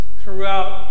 throughout